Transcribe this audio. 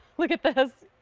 look at this.